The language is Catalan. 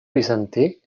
bizantí